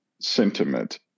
sentiment